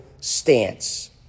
stance